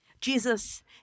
Jesus